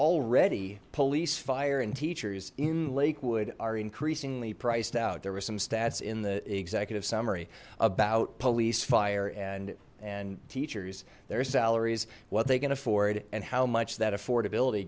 already police fire and teachers in lakewood are increasingly priced out there were some stats in the executive summary about police fire and and teachers their salaries what they can afford and how much that affordability